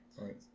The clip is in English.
Right